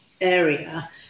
area